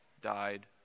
died